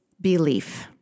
belief